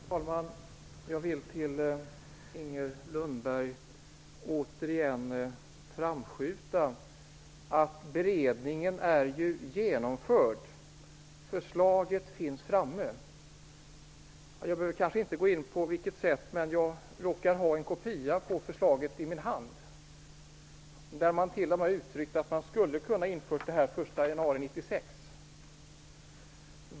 Fru talman! Jag vill till Inger Lundberg återigen framskjuta att beredningen är genomförd. Förslaget finns framme. Jag behöver kanske inte gå in på vilket sätt det har tagits fram, men jag råkar ha en kopia av förslaget i min hand. I förslaget uttrycks t.o.m. att man skulle kunna införa detta den 1 januari 1996.